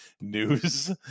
news